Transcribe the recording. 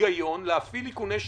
היגיון להפעיל איכוני שב"כ,